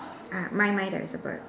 ah mine mine there is a bird